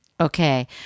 Okay